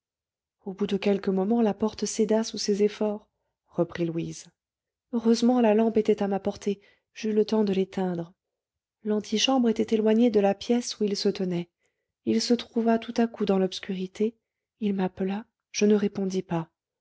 au bout de quelques moments la porte céda sous ses efforts reprit louise heureusement la lampe était à ma portée j'eus le temps de l'éteindre l'antichambre était éloignée de la pièce où il se tenait il se trouva tout à coup dans l'obscurité il m'appela je ne répondis pas